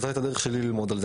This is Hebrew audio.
זאת הייתה הדרך שלי ללמוד על זה.